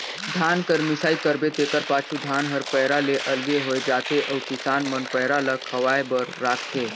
धान कर मिसाई करबे तेकर पाछू धान हर पैरा ले अलगे होए जाथे अउ किसान मन पैरा ल खवाए बर राखथें